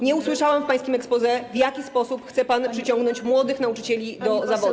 Nie usłyszałam w pańskim exposé, w jaki sposób chce pan przyciągnąć młodych nauczycieli do zawodu.